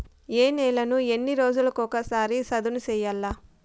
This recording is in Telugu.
ఏ నేలను ఎన్ని రోజులకొక సారి సదును చేయల్ల?